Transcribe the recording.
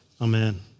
Amen